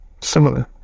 similar